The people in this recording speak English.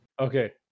Okay